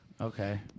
Okay